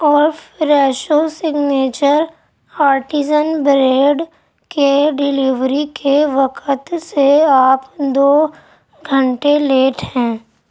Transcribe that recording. اور Fresho signature artisan bread کے delivery کے وقت سے آپ دو گھنٹے لیٹ ہیں